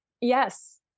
Yes